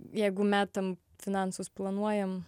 jeigu metam finansus planuojam